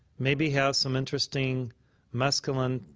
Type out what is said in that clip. maybe have some interesting mescaline-type